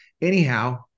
Anyhow